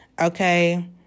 Okay